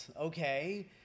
okay